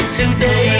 today